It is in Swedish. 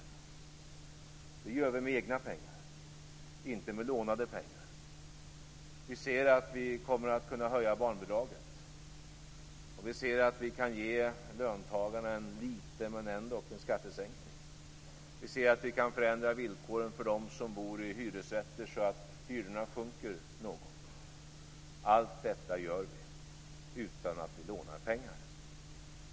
Det gör vi med egna pengar, inte med lånade pengar. Vi ser att vi kommer att kunna höja barnbidraget. Vi ser att vi kan ge löntagarna en liten, men ändock, skattesänkning. Vi ser att vi kan förändra villkoren för dem som bor i hyresrätter så att hyrorna sjunker något. Allt detta gör vi utan att vi lånar pengar.